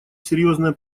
серьезная